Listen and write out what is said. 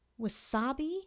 wasabi